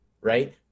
right